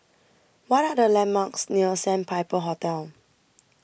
What Are The landmarks near Sandpiper Hotel